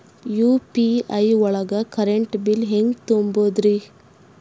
UPI ಒಳಗ current bill ಹೆಂಗ್ ತುಂಬದ್ರಿ?